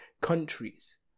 countries